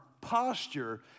posture